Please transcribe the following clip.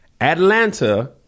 Atlanta